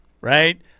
right